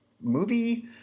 movie